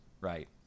right